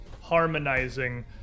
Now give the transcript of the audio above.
harmonizing